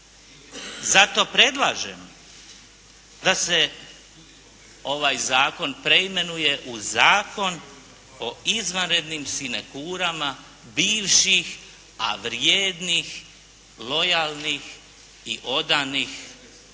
Zato predlažem da se ovaj zakon preimenuje u Zakon o izvanrednim sinekurama bivših a vrijednih, lojalnih i odanih